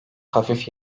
hafif